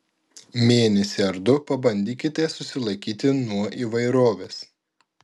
mėnesį ar du pabandykite susilaikyti nuo įvairovės